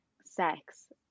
sex